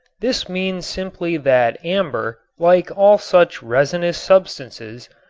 this means simply that amber, like all such resinous substances,